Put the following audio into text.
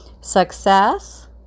success